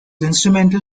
instrumental